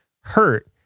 hurt